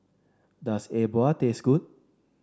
does E Bua taste good